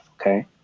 Okay